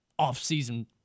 offseason